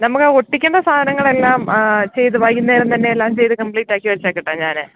നമുക്ക് ഒട്ടിക്കുന്ന സാധനങ്ങളെല്ലാം ചെയ്ത് വൈകുന്നേരം തന്നെ എല്ലാ ചെയ്ത് കംപ്ലീറ്റ് ആക്കി വെച്ചേക്കട്ടെ ഞാൻ